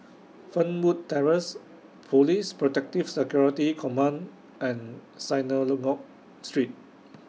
Fernwood Terrace Police Protective Security Command and Synagogue Street